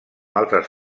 altres